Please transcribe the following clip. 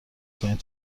کنید